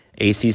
ACC